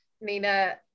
Nina